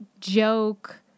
joke